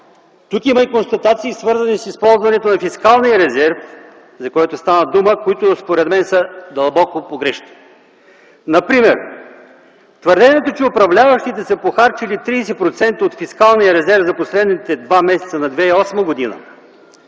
тук има констатации, свързани с използването на фискалния резерв, за което стана дума, които според мен са дълбоко погрешни. Например в твърдението, че управляващите са похарчили 30% от фискалния резерв за последните два месеца на 2008 г.,